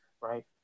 right